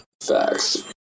Facts